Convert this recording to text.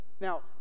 Now